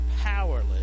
powerless